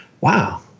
wow